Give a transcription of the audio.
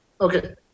okay